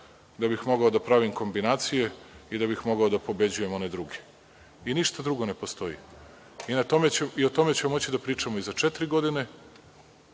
da bih mogao da pravim kombinacije i da bih mogao da pobeđujem one druge i ništa drugo ne postoji. O tome ćemo moći da pričamo i za četiri godine